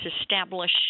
establish